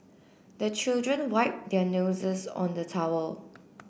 the children wipe their noses on the towel